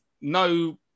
no